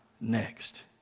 next